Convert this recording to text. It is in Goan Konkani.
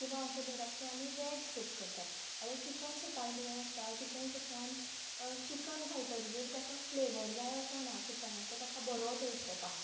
किंवां अशें धरात की आमी वेज सूप करतात आतां चिकन सुपांत कितें आसता चिकन सुपांत चिकन घालतकीर ताका फ्लेवर जाय असो ना चिकनाचो ताका बरो टेस्ट येता